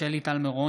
שלי טל מירון,